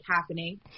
happening